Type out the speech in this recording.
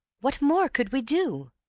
what more could we do?